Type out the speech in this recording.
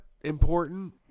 important